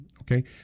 Okay